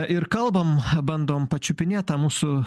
ir kalbam bandom pačiupinėt tą mūsų